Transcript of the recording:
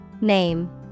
Name